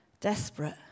Desperate